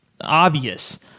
obvious